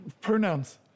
pronouns